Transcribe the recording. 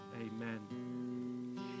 amen